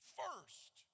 first